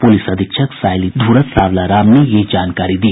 police अधीक्षक सायली धूरत सावलाराम ने यह जानकारी दी